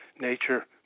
nature